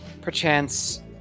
perchance